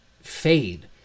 fade